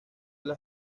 las